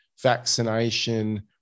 vaccination